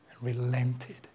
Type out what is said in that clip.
relented